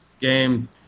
game